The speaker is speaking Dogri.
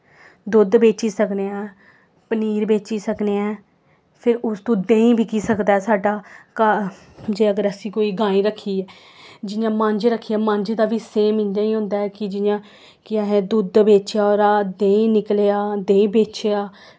दुद्ध बेची सकने ऐ पनीर बेची सकने ऐ फिर उस तू देहीं बिकी सकदा साड्डा घर जे अगर असीं कोई गायें रक्खी ऐ जियां मंज रक्खी ऐ मंज दा बी सेम इ'यां गै होंदा ऐ कि जियां कि असें दुद्ध बेचेआ ओह्दा देहीं निकलेआ देहीं बेचेआ